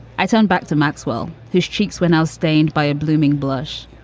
i turned back to maxwell. his cheeks when i was stained by a blooming blush.